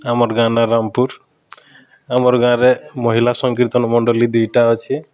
ଆମର୍ ଗାଁ ନା ରାମପୁର ଆମର୍ ଗାଁରେ ମହିଳା ସଂକୀର୍ତ୍ତନ ମଣ୍ଡଳୀ ଦୁଇଟା ଅଛି